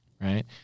right